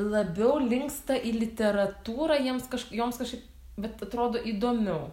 labiau linksta į literatūrą jiems kaž joms kažkaip bet atrodo įdomiau